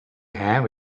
have